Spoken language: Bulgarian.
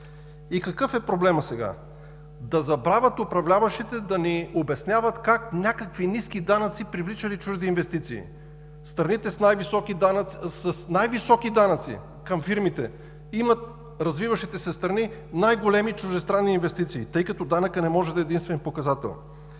И какъв е проблемът сега: да забравят управляващите да ни обясняват как някакви ниски данъци привличали чужди инвестиции. Страните с най-високи данъци към фирмите имат развиващите се страни, най-големи чуждестранни инвестиции, тъй като данъкът не може да е единствен показател.